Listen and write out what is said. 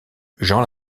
jean